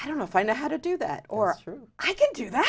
i don't know if i know how to do that or i can't do that